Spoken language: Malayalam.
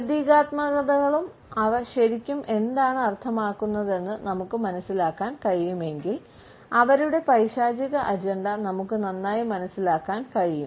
പ്രതീകാത്മകതകളും അവ ശരിക്കും എന്താണ് അർത്ഥമാക്കുന്നതെന്ന് നമുക്ക് മനസിലാക്കാൻ കഴിയുമെങ്കിൽ അവരുടെ പൈശാചിക അജണ്ട നമുക്ക് നന്നായി മനസ്സിലാക്കാൻ കഴിയും